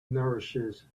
nourishes